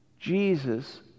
Jesus